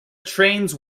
trains